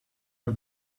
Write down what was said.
for